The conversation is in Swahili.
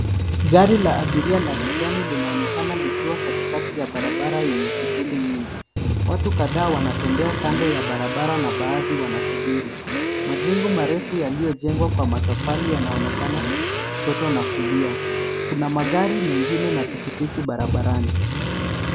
Gari la abiria la kijani linaonekana likiwa katikati ya barabara yenye shughuli nyingi. Watu kadhaa wanatembea kando ya barabara na baadhi wanasubiri. Majengo marefu yaliyojengwa kwa matofali yanaonekana kushoto na kulia. Kuna magari mengine na pikipiki barabarani.